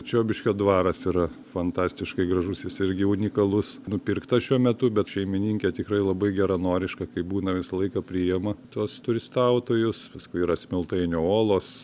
čiobiškio dvaras yra fantastiškai gražus jis irgi unikalus nupirktas šiuo metu bet šeimininkė tikrai labai geranoriška kai būna visą laiką priima tuos turistautojus paskui yra smiltainio uolos